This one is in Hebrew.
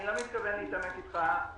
אני לא מתכוון להתעמת אתך.